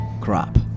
Crap